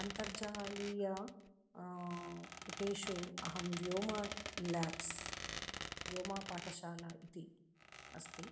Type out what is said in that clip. अन्तर्जालीया पुटेषु अहं व्योमा ल्याब्स् व्योमा पाटशाला इति अस्ति